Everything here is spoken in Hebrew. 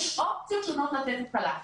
יש אופציות שונות לתת הקלה.